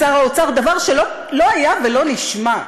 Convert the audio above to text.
לשר האוצר, דבר שלא היה ולא נשמע.